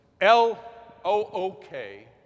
L-O-O-K